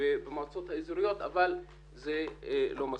במועצות האזוריות, אבל זה לא מספיק.